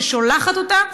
ששולחת אותה,